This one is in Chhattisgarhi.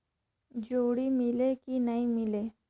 जोणी मीले कि नी मिले?